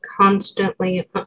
constantly